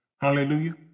Hallelujah